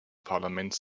parlaments